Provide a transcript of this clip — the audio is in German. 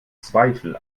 zweifel